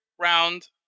round